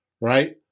right